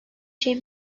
şey